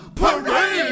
parade